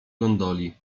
gondoli